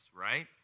right